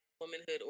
womanhood